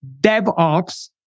DevOps